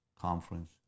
conference